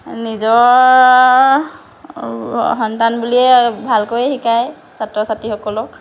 নিজৰ সন্তান বুলিয়েই ভালকেই শিকায় ছাত্ৰ ছাত্ৰীসকলক